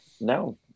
no